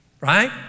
right